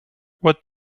what